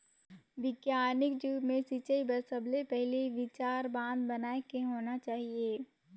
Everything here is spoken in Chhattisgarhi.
बिग्यानिक जुग मे सिंचई बर सबले पहिले विचार बांध बनाए के होना चाहिए